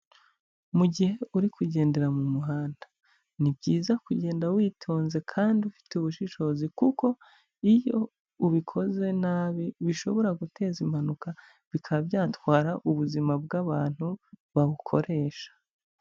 Mu gihe uri kugendera mu muhanda ni byiza kugenda witonze kandi ufite ubushishozi, kuko iyo ubikoze nabi bishobora guteza impanuka bikaba byatwara ubuzima bw'abantu bawukoresha.